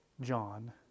John